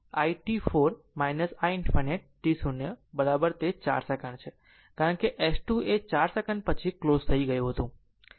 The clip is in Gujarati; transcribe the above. તેથી t i 4 i ∞ t 0 ખરેખર તે 4 સેકન્ડ છે કારણ કે S 2એ 4 સેકંડ પછી ક્લોઝ થઈ ગયું હતું